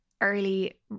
early